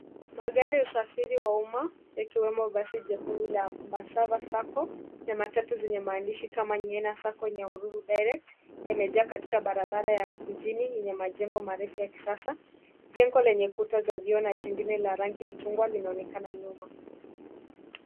Magari ya usafiri wa umma yakiwemo basi jekundu la Embassava Sacco na matatu zenye maandishi kama Nyena Sacco Nyahururu Direct yamejaa katika barabara ya mjini yenye majengo marefu ya kisasa . Jengo lenye kuta za vioo na jingine la rangi ya chungwa linaonekana nyuma.